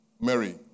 Mary